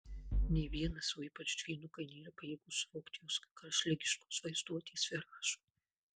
nė vienas o ypač dvynukai nėra pajėgūs suvokti jos karštligiškos vaizduotės viražų